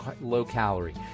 low-calorie